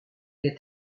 est